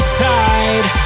side